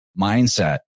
mindset